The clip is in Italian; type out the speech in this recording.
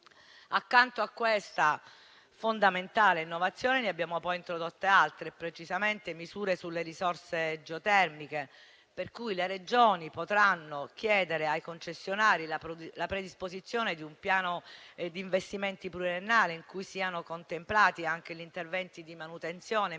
Accanto a questa fondamentale innovazione, ne abbiamo poi introdotte altre e precisamente misure sulle risorse geotermiche, per cui le Regioni potranno chiedere ai concessionari la predisposizione di un piano di investimenti pluriennale in cui siano contemplati anche gli interventi di manutenzione